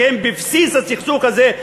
שהן בבסיס הסכסוך הזה,